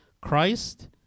Christ